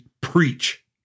preach